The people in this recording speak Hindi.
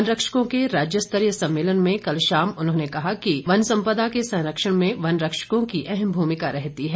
वन रक्षकों के राज्य स्तरीय सम्मेलन में कल शाम उन्होंने कहा कि वन संपदा के सरंक्षण में वन रक्षकों की अहम भूमिका रहती है